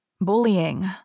bullying